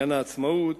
העצמאות,